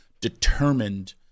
determined